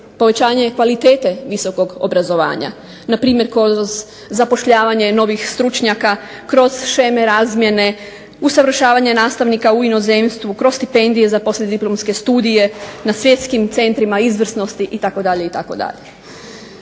povećanje kvalitete visokog obrazovanja. Na primjer, zapošljavanje novih stručnjaka, kroz šeme razmjene, usavršavanje nastavnika u inozemstvu, kroz stipendije za poslije diplomske studije, na svjetskim centrima izvrsnosti itd.